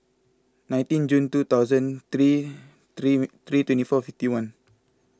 nineteen June two thousand three three twenty four fifty one